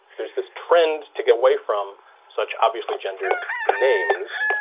there is this trend to get away from such obviously gendered names.